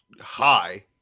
high